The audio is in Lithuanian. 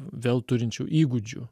vėl turinčių įgūdžių